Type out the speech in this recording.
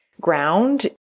ground